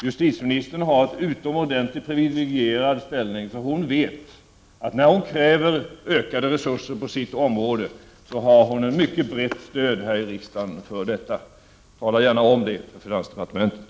Justitieministern har en utomordentligt privilegierad ställning, för hon vet att när hon kräver ökade resurser på sitt område har hon ett mycket brett stöd här i riksdagen för detta. Tala gärna om det för finansdepartementet!